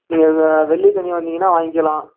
நீங்கள் இந்த வெள்ளி சனி வந்தீங்கன்னா வாங்கிக்கலாம்